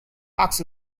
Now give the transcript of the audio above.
tux